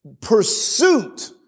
pursuit